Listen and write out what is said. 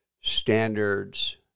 standards